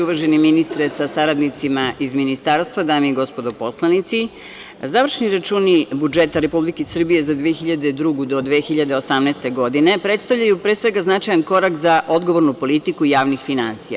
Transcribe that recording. Uvaženi ministre sa saradnicima iz Ministarstva, dame i gospodo poslanici, završni računi budžeta Republike Srbije za 2002. do 2018. godine predstavljaju pre svega značajan korak za odgovornu politiku javnih finansija.